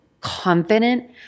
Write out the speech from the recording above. confident